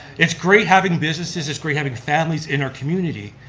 it's great having businesses, it's great having families in our community,